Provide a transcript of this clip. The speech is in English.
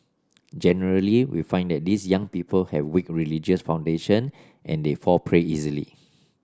generally we find that these young people have weak religious foundation and they fall prey easily